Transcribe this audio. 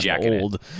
old